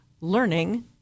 learning